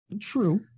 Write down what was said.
true